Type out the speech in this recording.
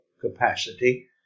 capacity